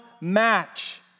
match